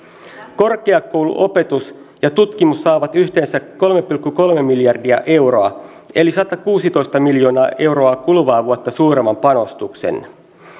korkeakouluopetus ja tutkimus saavat yhteensä kolme pilkku kolme miljardia euroa eli satakuusitoista miljoonaa euroa kuluvaa vuotta suuremman panostuksen